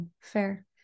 Fair